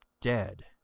dead